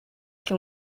can